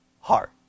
heart